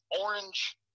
orange